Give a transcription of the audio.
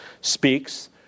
speaks